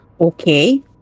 Okay